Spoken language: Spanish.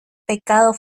pecado